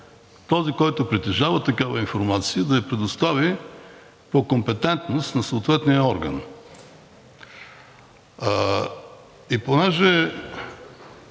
този, който притежава такава информация, да я предостави по компетентност на съответния орган.